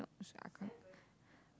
so sorry I can't